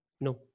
No